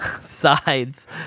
sides